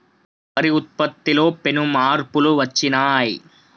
వరి ఉత్పత్తిలో పెను మార్పులు వచ్చినాయ్